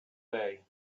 day